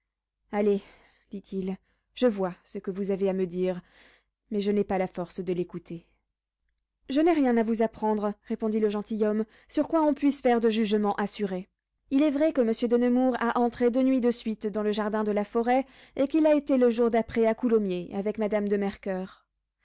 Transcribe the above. allez dit-il je vois ce que vous avez à me dire mais je n'ai pas la force de l'écouter je n'ai rien à vous apprendre répondit le gentilhomme sur quoi on puisse faire de jugement assuré il est vrai que monsieur de nemours a entré deux nuits de suite dans le jardin de la forêt et qu'il a été le jour d'après à coulommiers avec madame de mercoeur